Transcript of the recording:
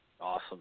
awesome